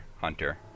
hunter